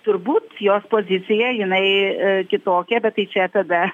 turbūt jos pozicija jinai kitokia bet tai čia tada